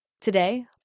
Today